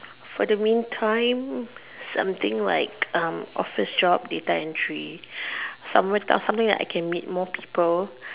for the mean time something like um office job data entry some what something that I can meet more people